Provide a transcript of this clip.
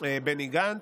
בני גנץ,